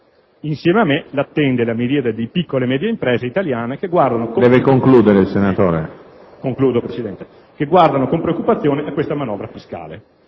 insieme a me la attende la miriade di piccole e medie imprese italiane che guardano con preoccupazione a questa manovra fiscale.